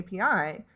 API